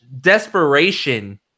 desperation